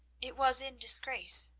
it was in disgrace,